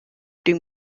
dem